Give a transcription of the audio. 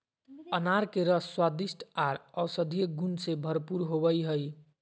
अनार के रस स्वादिष्ट आर औषधीय गुण से भरपूर होवई हई